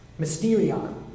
Mysterion